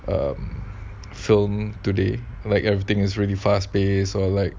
um film today like everything is really fast pace or like